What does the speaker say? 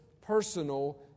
personal